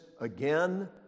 again